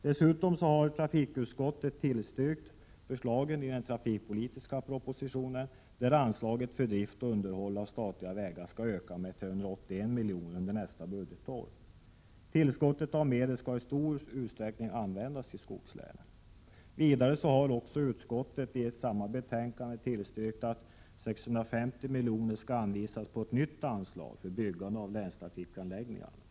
Dessutom har trafikutskottet tillstyrkt förslaget i den trafikpolitiska propositionen att anslaget för drift och underhåll av statliga vägar skall öka med 381 miljoner under nästa budgetår. Tillskottet av medel skall i stor utsträckning användas i skogslänen. Vidare har utskottet i samma betänkande tillstyrkt förslaget att 650 miljoner skall anvisas på ett nytt anslag, Byggande av länstrafikanläggningar.